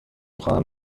خواهم